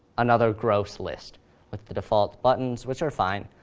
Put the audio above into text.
another gross list with the default buttons, which are fine,